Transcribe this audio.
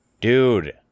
Dude